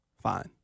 fine